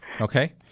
okay